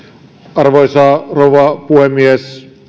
arvoisa rouva puhemies